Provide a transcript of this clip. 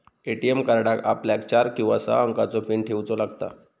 ATM कार्डाक आपल्याक चार किंवा सहा अंकाचो पीन ठेऊचो लागता